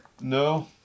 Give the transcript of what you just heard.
No